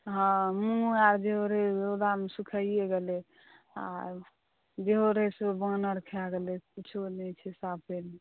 हँ मुँग आर जरि रौदामे सुखाय गेलै आ जेहो रहै सेहो वानर खा गेलै किछो नहि छै साफे नहि छै